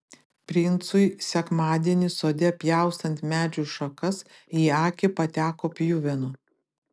princui sekmadienį sode pjaustant medžių šakas į akį pateko pjuvenų